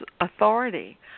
authority